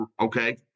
okay